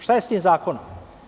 Šta je sa tim zakonom?